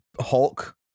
Hulk